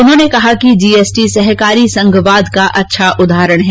उन्होंने कहा कि जीएसटी सहकारी संघवाद का अच्छा उदाहरण है